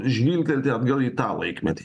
žvilgtelti atgal į tą laikmetį